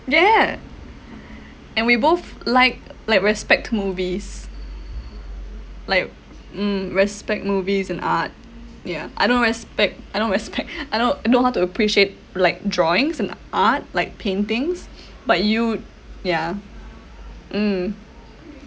yeah and we both like like respect movies like mm respect movies and art ya I don't respect I don't respect I don't know how to appreciate like drawings and art like paintings but you yeah mm